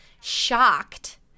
shocked